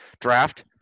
draft